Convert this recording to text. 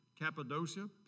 Cappadocia